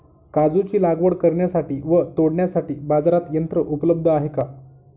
काजूची लागवड करण्यासाठी व तोडण्यासाठी बाजारात यंत्र उपलब्ध आहे का?